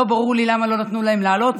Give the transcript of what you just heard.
לא ברור לי למה לא נתנו להם לעלות,